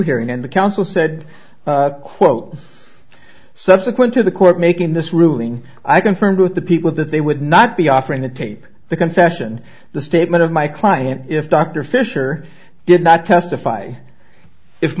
hearing and the counsel said quote subsequent to the court making this ruling i confirmed with the people that they would not be offering to tape the confession the statement of my client if dr fisher did not testify if